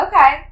Okay